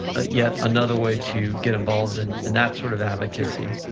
yet another way to get involved in and that sort of advocacy.